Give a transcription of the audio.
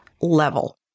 level